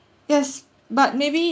yes but maybe